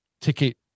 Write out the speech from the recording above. ticket